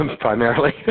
primarily